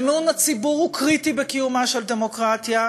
אמון הציבור הוא קריטי בקיומה של דמוקרטיה,